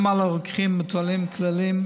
גם על רוקחים מוטלים כללים,